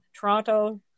Toronto